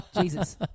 Jesus